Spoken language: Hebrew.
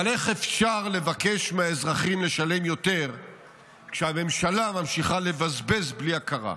אבל איך אפשר לבקש מהאזרחים לשלם יותר כשהממשלה ממשיכה לבזבז בלי הכרה?